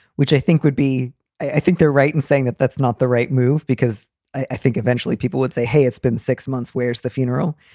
which i think would be i think they're right in saying that that's not the right move because i think eventually people would say, hey, it's been six months, where's the funeral?